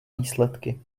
výsledky